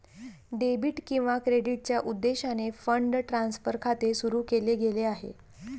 debit किंवा क्रेडिटच्या उद्देशाने फंड ट्रान्सफर खाते सुरू केले गेले आहे